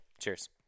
Cheers